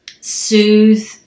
soothe